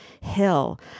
Hill